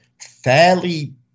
fairly